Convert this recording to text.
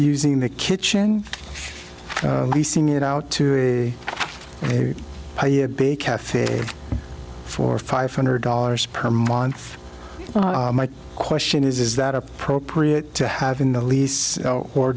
using the kitchen leasing it out to a big cafe here for five hundred dollars per month my question is is that appropriate to have in the lease or